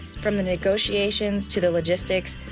from the negotiations to the logistics,